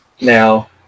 now